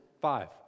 Five